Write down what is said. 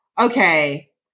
okay